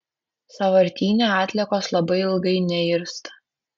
sąvartyne atliekos labai ilgai neirsta